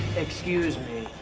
excuse me.